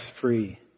free